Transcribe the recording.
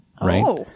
right